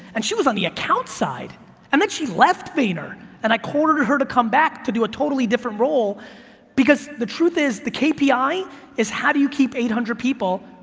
and she was on the account side and then she left vayner and i courted her her to come back to do a totally different role because the truth is, the kpi is how do you keep eight hundred people,